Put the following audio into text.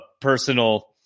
personal